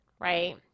right